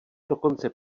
dokonce